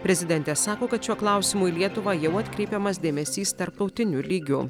prezidentė sako kad šiuo klausimu į lietuvą jau atkreipiamas dėmesys tarptautiniu lygiu